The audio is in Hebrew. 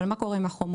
אבל מה קורה עם החומרה?